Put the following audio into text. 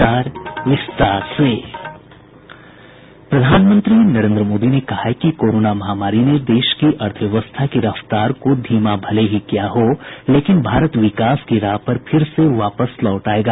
प्रधानमंत्री नरेन्द्र मोदी ने कहा है कि कोरोना महामारी ने देश की अर्थव्यवस्था की रफ्तार को धीमा भले ही किया हो लेकिन भारत विकास की राह पर फिर से वापस लौट आयेगा